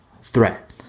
threat